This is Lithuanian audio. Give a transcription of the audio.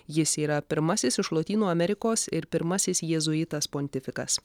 jis yra pirmasis iš lotynų amerikos ir pirmasis jėzuitas pontifikas